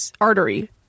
artery